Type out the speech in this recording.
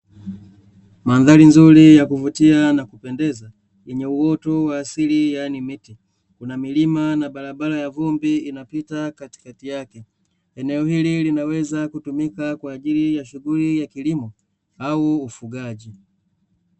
Mandhari nzuri ya kuvutia na kupendeza, yenye uoto wa asili yani miti. Kuna milima na barabara ya vumbi inapita katikati yake. Eneo hili linaweza kutumika kwa ajili ya shughuli ya kilimo au ufugaji.